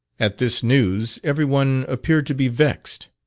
at this news every one appeared to be vexed.